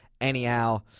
anyhow